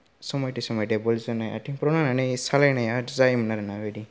समयते समयते बल जोनाय आथिंफोराव नांनानै सालायनाया जायोमोन आरोना बिबायदि